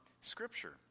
Scripture